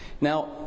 Now